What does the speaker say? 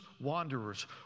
wanderers